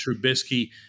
Trubisky